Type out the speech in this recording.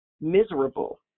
miserable